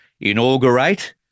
inaugurate